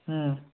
হুম